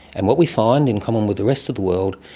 and what we find, in common with the rest of the world,